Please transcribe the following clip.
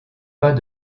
pas